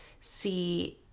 see